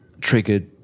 triggered